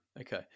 Okay